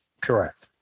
Correct